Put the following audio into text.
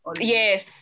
yes